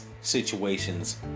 situations